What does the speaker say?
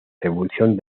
revolución